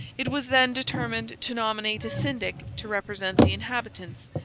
it was then determined to nominate a syndic to represent the inhabitants,